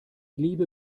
liebe